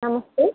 నమస్తే